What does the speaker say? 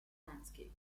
landscaped